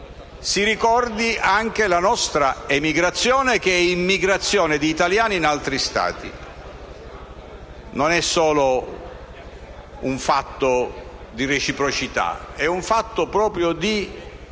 si ricordi anche la nostra emigrazione che è immigrazione di italiani in altri Stati. Non è solo un fatto di reciprocità, ma proprio di